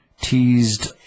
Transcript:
teased